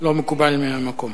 לא מקובל מהמקום.